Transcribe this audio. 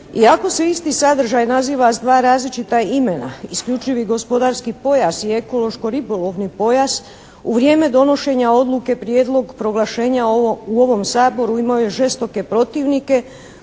Iako se isti sadržaj naziva iz dva različita imena, isključivi gospodarski pojas i ekološko-ribolovni pojas u vrijeme donošenja odluke prijedlog proglašenja u ovom Saboru imao je žestoke protivnike